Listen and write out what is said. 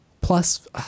Plus